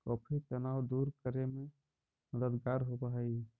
coffee तनाव दूर करे में मददगार होवऽ हई